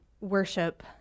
worship